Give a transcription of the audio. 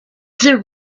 there